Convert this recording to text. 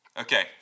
Okay